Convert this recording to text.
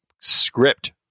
script